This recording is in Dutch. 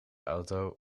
auto